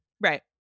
Right